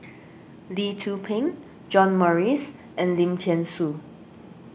Lee Tzu Pheng John Morrice and Lim thean Soo